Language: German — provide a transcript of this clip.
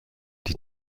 die